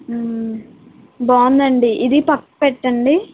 బాగుందండి ఇది పక్క పెట్టండి